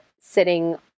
sitting